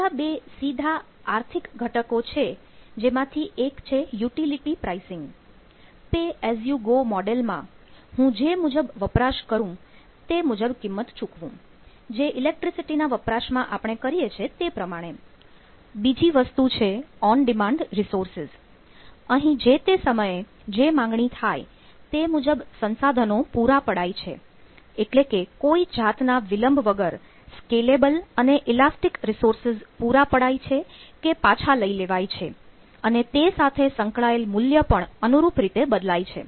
બીજા બે સીધા આર્થિક ઘટકો છે જેમાંથી એક છે યુટીલીટી પ્રાઇસીંગ રિસોર્સીસ પૂરા પડાય છે કે પાછા લઈ લેવાય છે અને તે સાથે સંકળાયેલ મૂલ્ય પણ અનુરૂપ રીતે બદલાય છે